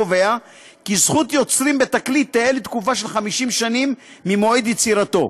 קובע כי זכות יוצרים בתקליט תהא לתקופה של 50 שנים ממועד יצירתו.